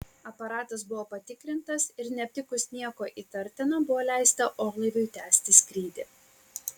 aparatas buvo patikrintas ir neaptikus nieko įtartina buvo leista orlaiviui tęsti skrydį